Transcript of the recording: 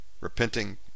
Repenting